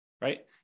right